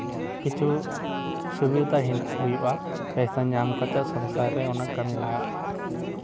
ᱠᱤᱪᱷᱩ ᱥᱩᱵᱤᱫᱟ ᱦᱮᱱᱟᱜ ᱦᱩᱭᱩᱜᱼᱟ ᱯᱚᱭᱥᱟ ᱧᱟᱢ ᱠᱟᱛᱮ ᱥᱚᱝᱥᱟᱨ ᱨᱮ ᱚᱱᱟ ᱠᱟᱹᱢᱤ ᱞᱟᱦᱟᱜᱼᱟ